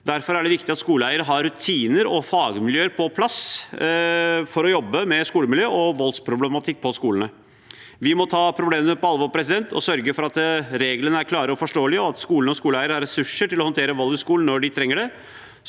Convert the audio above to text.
Derfor er det viktig at skoleeierne har rutiner og fagmiljøer på plass for å jobbe med skolemiljø og voldsproblematikk på skolene. Vi må ta problemene på alvor og sørge for at reglene er klare og forståelige, og at skolene og skoleeierne har ressurser til å håndtere vold i skolen når de trenger det.